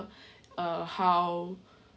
uh how